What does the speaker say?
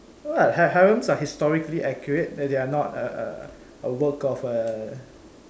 what ha~ harem are historically accurate they they are not a a work of a